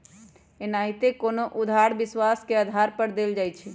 एनाहिते कोनो उधार विश्वास के आधार पर देल जाइ छइ